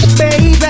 Baby